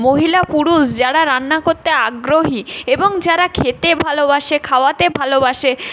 মহিলা পুরুষ যারা রান্না করতে আগ্রহী এবং যারা খেতে ভালোবাসে খাওয়াতে ভালোবাসে